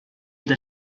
del